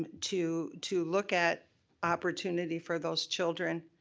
to to look at opportunity for those children.